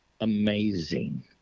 Amazing